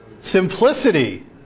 Simplicity